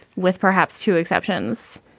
with perhaps two exceptions.